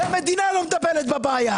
כי המדינה לא מטפלת בבעיה?